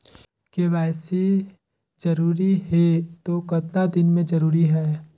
KYC जरूरी हे तो कतना दिन मे जरूरी है?